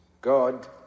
God